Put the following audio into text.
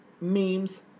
Memes